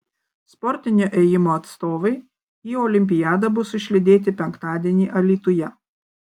sportinio ėjimo atstovai į olimpiadą bus išlydėti penktadienį alytuje